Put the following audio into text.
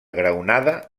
graonada